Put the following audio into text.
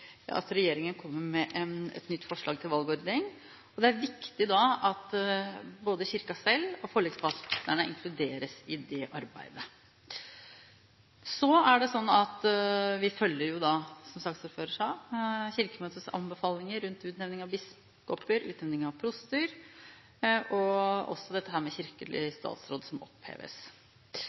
at regjeringen kommer med et nytt forslag til valgordning. Det er viktig da at både Kirken selv og forlikspartnerne inkluderes i det arbeidet. Vi følger jo da, som saksordføreren sa, Kirkemøtes anbefalinger rundt utnevning av biskoper og utnevning av proster, og også dette med at ordningen med kirkelig statsråd oppheves.